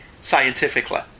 Scientifically